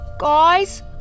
Guys